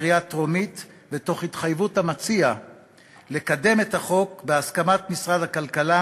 בקריאה טרומית ותוך התחייבות המציע לקדם את החוק בהסכמת משרד הכלכלה,